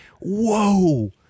whoa